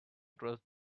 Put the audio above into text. trust